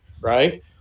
right